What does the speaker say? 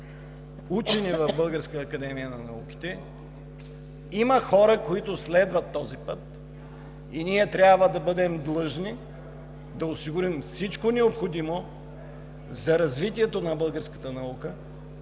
учени в Българската академия на науките има хора, които следват този път и ние трябва да бъдем длъжни да осигурим всичко необходимо за развитието на българската наука,